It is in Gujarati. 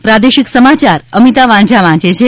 પ્રાદેશિક સમાચાર અમિતા વાંઝા વાંચે છે